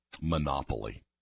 monopoly